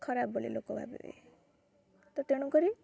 ଖରାପ ବୋଲି ଲୋକ ଭାବିବେ ତ ତେଣୁକରି